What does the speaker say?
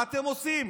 מה אתם עושים?